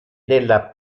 della